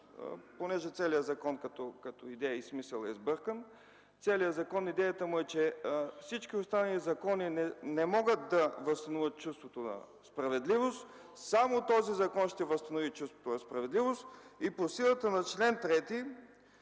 понеже целият закон като идея и смисъл е сбъркан, на целия закон идеята е, че всички останали закони не могат да възстановят чувството на справедливост, само този закон ще възстанови чувството на справедливост и по силата на чл. 3